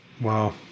Wow